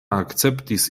akceptis